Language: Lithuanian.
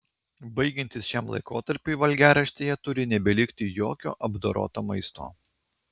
baigiantis šiam laikotarpiui valgiaraštyje turi nebelikti jokio apdoroto maisto